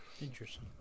Interesting